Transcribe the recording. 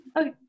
Okay